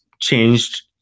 changed